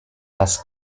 das